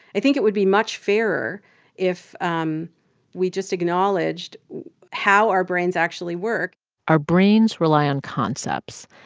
i think it would be much fairer if um we just acknowledged how our brains actually work our brains rely on concepts,